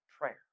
prayer